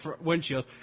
windshield